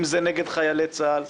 אם זה נגד חיילי צה"ל.